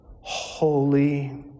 holy